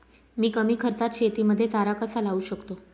मी कमी खर्चात शेतीमध्ये चारा कसा लावू शकतो?